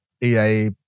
EA